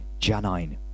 Janine